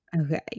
Okay